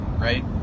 right